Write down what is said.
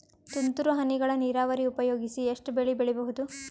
ತುಂತುರು ಹನಿಗಳ ನೀರಾವರಿ ಉಪಯೋಗಿಸಿ ಎಷ್ಟು ಬೆಳಿ ಬೆಳಿಬಹುದು?